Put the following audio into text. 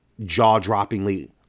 jaw-droppingly